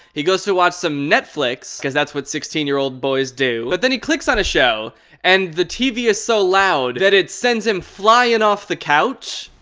he goes to watch some netflix cause that's what sixteen year old boys do. but then he clicks on a show and the tv is so loud that it sends him flying off the couch.